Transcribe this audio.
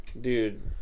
Dude